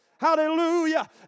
Hallelujah